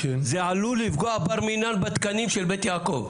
זה עלול לפגוע בר-מינן בתקנים של בית יעקב.